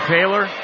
Taylor